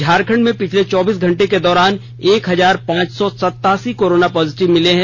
झारखण्ड में पिछले चौबीस घंटे के दौरान एक हजार पांच सौ सतासी कोरोना पॉजिटिव मिले हैं